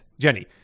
Jenny